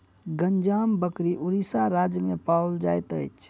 गंजाम बकरी उड़ीसा राज्य में पाओल जाइत अछि